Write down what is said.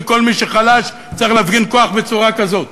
כי כל מי שחלש צריך להפגין כוח בצורה כזאת,